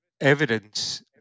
evidence